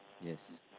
Yes